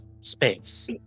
space